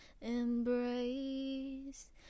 embrace